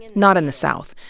not in the south.